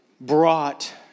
brought